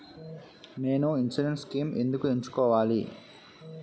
నేను insurance schemes ఎందుకు ఎంచుకోవాలి?